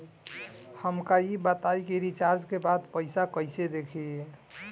हमका ई बताई कि रिचार्ज के बाद पइसा कईसे देखी?